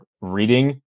reading